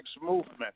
movement